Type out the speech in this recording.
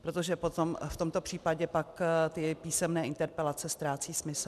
Protože potom v tomto případě pak písemné interpelace ztrácejí smysl.